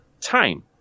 time